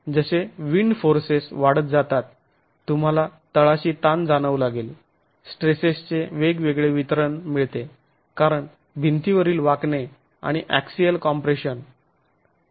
जसे wind forces वाढत जातात तुम्हाला तळाशी ताण जाणवू लागेल स्ट्रेसेसचे वेगवेगळे वितरण मिळते कारण भिंतीवरील वाकणे आणि अक्सिअल कॉम्प्रेशन